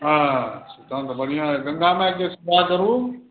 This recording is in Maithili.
हँ तहन तऽ बढ़िआँ अछि गङ्गा मायकेँ साफा करू